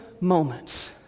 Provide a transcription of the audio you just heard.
moments